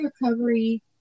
recovery